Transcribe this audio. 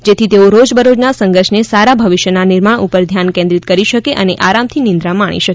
જેથી તેઓ રોજબરોજના સંઘર્ષને સારા ભવિષ્યના નિર્માણ ઉપર ધ્યાન કેન્દ્રિત કરી શકે અને આરામથી નિંદ્રા માણી શકે